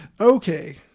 Okay